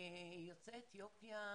יוצאי אתיופיה,